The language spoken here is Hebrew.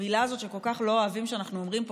המילה הזאת שכל כך לא אוהבים שאנחנו אומרים פה,